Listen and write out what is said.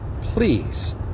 please